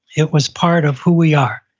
it was part of who we are.